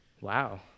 Wow